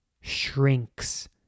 shrinks